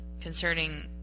concerning